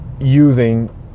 using